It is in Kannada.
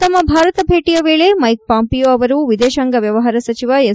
ತಮ್ಮ ಭಾರತ ಭೇಟಿಯ ವೇಳಿ ಮ್ಯೆಕ್ ಪಾಂಪಿಯೊ ಅವರು ವಿದೇಶಾಂಗ ವ್ಯವಹಾರ ಸಚಿವ ಎಸ್